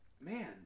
man